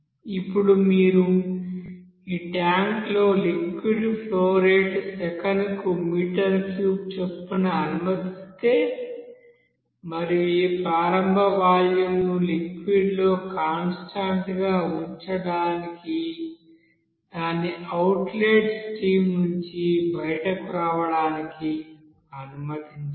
ఇప్పుడు మీరు ఈ ట్యాంక్లో లిక్విడ్ ఫ్లో రేట్ సెకనుకు మీటర్ క్యూబ్ చొప్పున అనుమతిస్తే మరియు ఈ ప్రారంభ వాల్యూమ్ను లిక్విడ్ లో కాన్స్టాంట్ గా ఉంచడానికి దాన్ని అవుట్లెట్ స్ట్రీమ్ నుండి బయటకు రావడానికి అనుమతించాలి